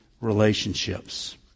relationships